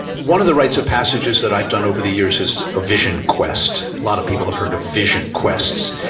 one of the rites of passages that i've done over the years is a vision quest. a lot of people have heard of vision quests,